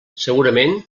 segurament